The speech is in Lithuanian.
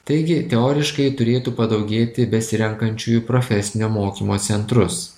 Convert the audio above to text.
taigi teoriškai turėtų padaugėti besirenkančiųjų profesinio mokymo centrus